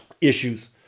issues